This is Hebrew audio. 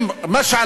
אם משעל,